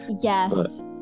yes